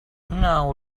now